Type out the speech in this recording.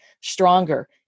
stronger